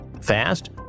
Fast